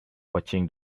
watching